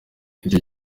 icyo